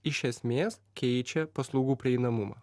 iš esmės keičia paslaugų prieinamumą